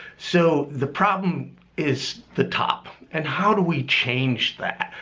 so the problem is the top and how do we change that?